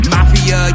Mafia